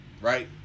Right